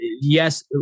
yes